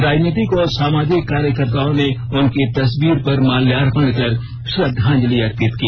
राजनीतिक और समाजिक कार्यकर्ताओं ने उनकी तस्वीर पर माल्यार्पन कर श्रद्वांजलि अर्पित की